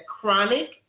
chronic